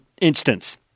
instance